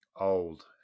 Old